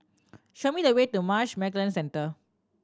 show me the way to Marsh and McLennan Centre